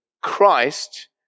Christ